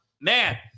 Man